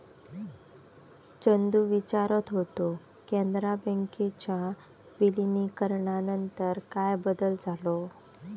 चंदू विचारत होतो, कॅनरा बँकेच्या विलीनीकरणानंतर काय बदल झालो?